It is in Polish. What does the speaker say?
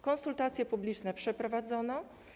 Konsultacje publiczne przeprowadzono.